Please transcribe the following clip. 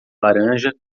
laranja